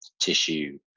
tissue